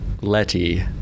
letty